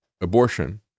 abortion